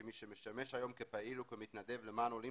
כמי שמשמש היום כפעיל וכמתנדב למען עולים